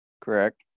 correct